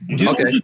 Okay